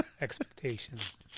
expectations